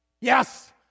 Yes